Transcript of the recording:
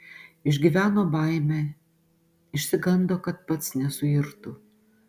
išgyveno baimę išsigando kad pats nesuirtų